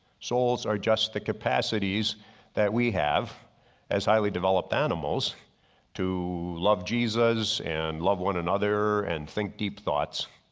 souls are just the capacities that we have as highly developed animals to love jesus and love one another and think deep thoughts.